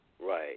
right